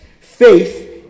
faith